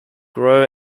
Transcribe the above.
grow